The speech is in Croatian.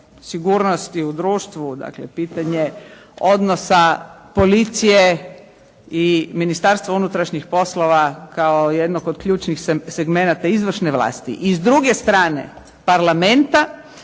sigurnosti u društvu, dakle policije i Ministarstva unutrašnjih poslova kao jednog od ključnih segmenata izvršne vlasti. I s druge strane Parlamenta